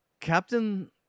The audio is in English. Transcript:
Captain